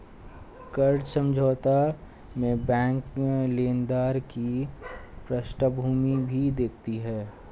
कर्ज समझौता में बैंक लेनदार की पृष्ठभूमि भी देखती है